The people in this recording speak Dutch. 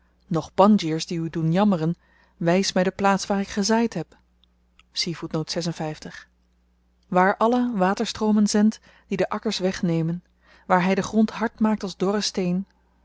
noch banjirs die u doen jammeren wys my de plaats waar ik gezaaid heb waar allah waterstroomen zendt die de akkers wegnemen waar hy den grond hard maakt als